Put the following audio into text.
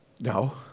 No